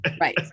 right